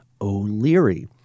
O'Leary